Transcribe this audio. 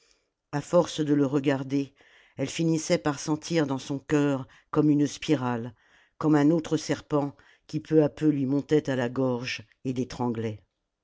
à force de le regarder elle finissait par sentir dans son cœur comme une spirale comme un autre serpent qui peu à peu lui montait à la gorge et